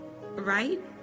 right